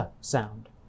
sound